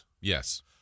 Yes